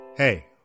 Hey